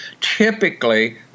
Typically